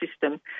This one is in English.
system